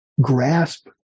grasp